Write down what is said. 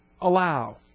Allow